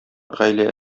гаилә